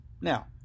Now